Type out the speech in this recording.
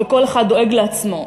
וכל אחד דואג לעצמו,